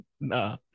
Nah